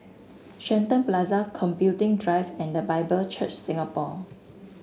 Shenton Plaza Computing Drive and The Bible Church Singapore